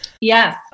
Yes